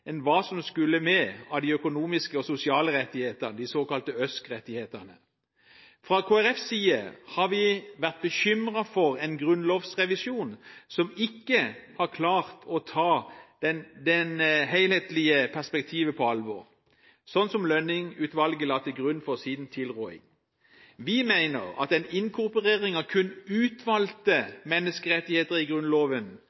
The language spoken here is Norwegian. en grunnlovsrevisjon som ikke har klart å ta det helhetlige perspektivet på alvor, slik Lønning-utvalget la til grunn for sin tilråding. Vi mener at en inkorporering av kun